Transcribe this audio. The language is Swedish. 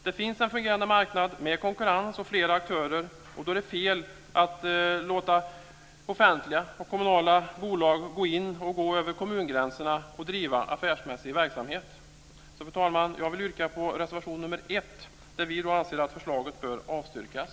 Det finns en fungerande marknad med konkurrens och flera aktörer, och då är det fel att låta offentliga och kommunala bolag gå in och driva affärsmässig verksamhet över kommungränserna. Fru talman! Jag vill yrka bifall till reservation nr 1, där vi anser att förslaget bör avstyrkas.